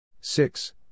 six